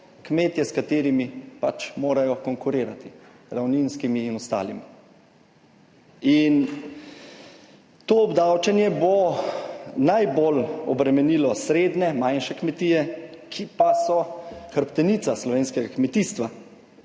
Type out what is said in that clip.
kmetje, s katerimi pač morajo konkurirati, ravninskimi in ostalimi. In to obdavčenje bo najbolj obremenilo srednje, manjše kmetije, ki pa so hrbtenica slovenskega kmetijstva.